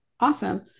Awesome